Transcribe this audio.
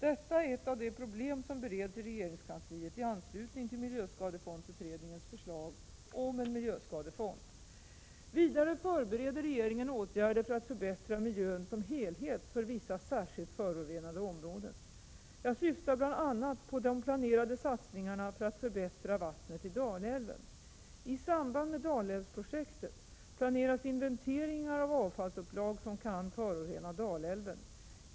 Detta är ett av de problem som bereds i regeringskansliet i anslutning till miljöskadefondutredningens förslag om en miljöskadefond. Vidare förbereder regeringen åtgärder för att förbättra miljön som helhet för vissa särskilt förorenade områden. Jag syftar bl.a. på de planerade satsningarna för att förbättra vattnet i Dalälven. I samband med Dalälvsprojektet planeras inventeringar av avfallsupplag som kan förorena Dalälven.